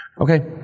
Okay